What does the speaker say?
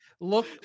look